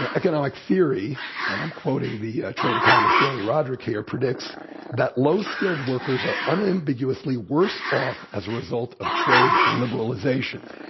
ah economic theory and i'm quoting the trade economist danny roderick here, predicts quote that low skilled workers are unambiguously worse off as a result of trade liberalization,